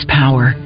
power